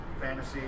fantasy